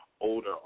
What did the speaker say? older